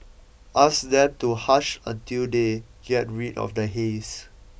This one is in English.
ask them to hush until they get rid of the haze